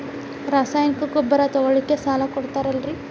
ರಾಸಾಯನಿಕ ಗೊಬ್ಬರ ತಗೊಳ್ಳಿಕ್ಕೆ ಸಾಲ ಕೊಡ್ತೇರಲ್ರೇ?